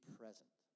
present